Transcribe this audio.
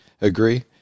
agree